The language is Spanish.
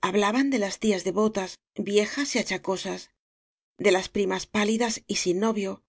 hablaban de las tías devotas viejas y acha cosas de las primas pálidas y sin novio